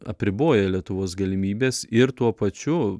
apriboję lietuvos galimybes ir tuo pačiu